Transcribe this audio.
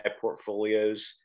portfolios